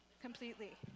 completely